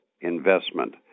investment